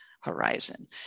horizon